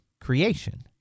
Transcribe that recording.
creation